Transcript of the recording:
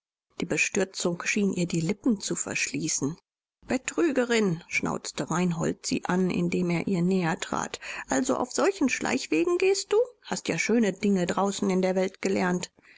die bestürzung schien ihr die lippen zu verschließen betrügerin schnauzte reinhold sie an indem er ihr näher trat also auf solchen schleichwegen gehst du hast ja schöne dinge draußen in der welt gelernt